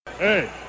Hey